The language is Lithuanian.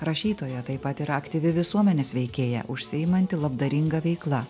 rašytoja taip pat yra aktyvi visuomenės veikėja užsiimanti labdaringa veikla